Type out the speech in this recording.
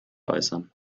äußern